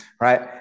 right